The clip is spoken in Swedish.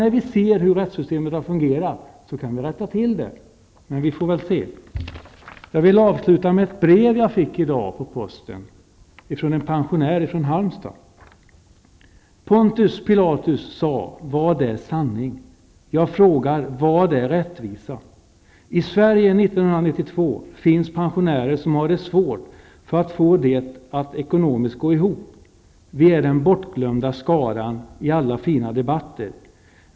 När vi nu ser hur rättssystemet har fungerat, kan vi rätta till det. Men vi får väl se. Jag vill avsluta med att läsa upp ett brev som jag har fått i dag från en pensionär i Halmstad. ''Pontus Pilatus sade: Vad är sanning? Jag frågar: Vad är rättvisa? I Sverige 1992 finns pensionärer som har det svårt för att få det att ekonomiskt gå ihop. Vi är den bortglömda skaran i alla fina debatter.